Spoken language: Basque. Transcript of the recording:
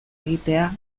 egitea